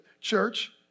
church